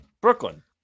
Brooklyn